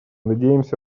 надеемся